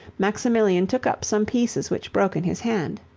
maximilian took up some pieces which broke in his hand.